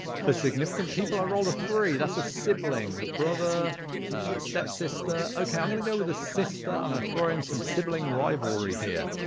the significant people, i rolled a three, that's a sibling a brother step-sister, okay i'm gonna go with a sister, i'm going to throw in some sibling rivalry here,